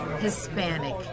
Hispanic